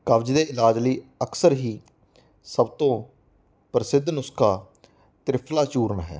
ਕਬਜ਼ ਦੇ ਇਲਾਜ ਲਈ ਅਕਸਰ ਹੀ ਸਭ ਤੋਂ ਪ੍ਰਸਿੱਧ ਨੁਸਖਾ ਤ੍ਰਿਫਲਾ ਚੂਰਨ ਹੈ